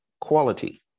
quality